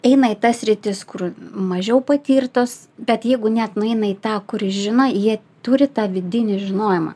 eina į tas sritis kur mažiau patirtos bet jeigu net nueina į tą kuri žino jie turi tą vidinį žinojimą